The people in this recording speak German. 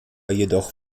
jedoch